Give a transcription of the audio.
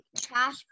trash